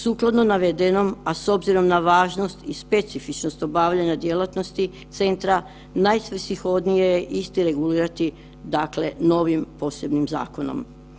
Sukladno navedeno, a s obzirom na važnost i specifičnost obavljanja djelatnosti centra najsvrsishodnije je isti regulirati dakle novim posebnim zakonom.